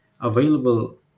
available